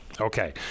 okay